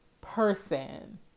person